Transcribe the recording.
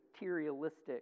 materialistic